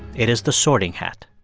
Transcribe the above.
it is the sorting hat